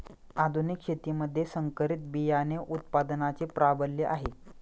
आधुनिक शेतीमध्ये संकरित बियाणे उत्पादनाचे प्राबल्य आहे